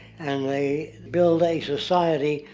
and they built a society,